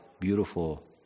beautiful